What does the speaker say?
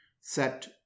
set